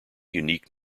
unique